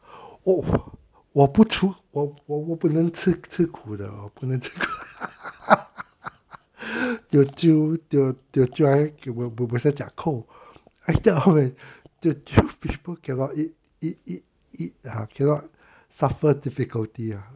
哦我不出我我我不能吃吃苦的我不能吃苦 I tell how that teochew people cannot eat eat eat eat ah cannot suffer difficulty ah